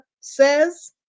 says